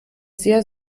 sehr